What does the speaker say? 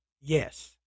yes